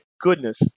goodness